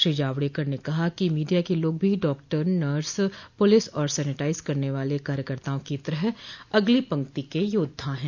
श्री जावडकर ने कहा कि मीडिया के लोग भी डॉक्टर नर्स पुलिस और सेनेटाइज करने वाले कार्यकर्ताओं की तरह अगली पंक्ति के योद्वा हैं